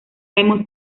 hemos